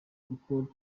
kuko